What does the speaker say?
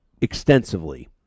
Extensively